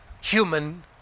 human